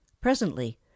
Presently